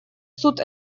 суд